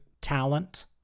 talent